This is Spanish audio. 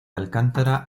alcántara